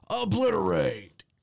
obliterate